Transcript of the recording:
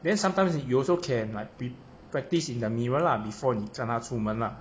then sometimes you also can like pre~ practice in the mirror lah before 你跟她出门啊